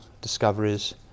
discoveries